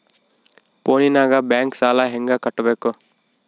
ಫೋನಿನಾಗ ಬ್ಯಾಂಕ್ ಸಾಲ ಹೆಂಗ ಕಟ್ಟಬೇಕು?